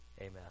Amen